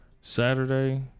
Saturday